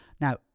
Now